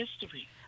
history